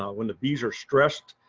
ah when the bees are stressed.